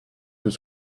was